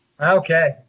Okay